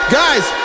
guys